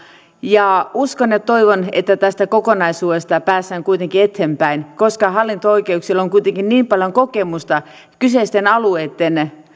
ja uskon ja toivon että tästä kokonaisuudesta päästään kuitenkin eteenpäin koska hallinto oikeuksilla on kuitenkin niin paljon kokemusta kyseisten alueitten